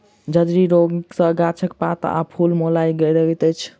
झड़की रोग सॅ गाछक पात आ फूल मौलाय लगैत अछि